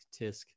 tisk